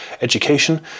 education